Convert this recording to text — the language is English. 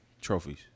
trophies